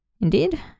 Indeed